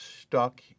stuck